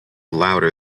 louder